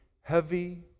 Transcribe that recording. heavy